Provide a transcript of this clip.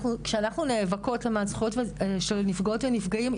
כשאנחנו נאבקות למען זכויות של נפגעות ונפגעים,